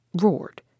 roared